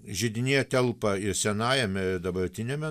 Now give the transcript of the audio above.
židinyje telpa ir senajame ir dabartiniame